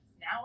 now